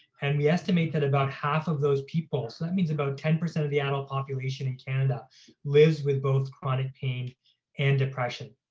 and we estimate that about half of those people so that means about ten percent of the adult population in canada lives with both chronic pain and depression.